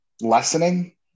lessening